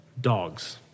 dogs